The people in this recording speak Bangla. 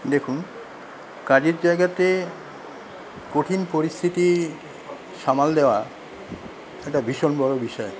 দেখুন কাজের জায়গাতে কঠিন পরিস্থিতি সামাল দেওয়া একটা ভীষণ বড়ো বিষয়